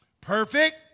Perfect